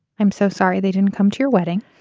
i'm so sorry they didn't come to your wedding.